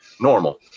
normal